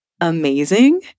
amazing